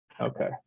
Okay